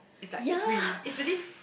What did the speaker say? yea